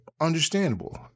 Understandable